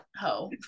ho